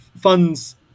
funds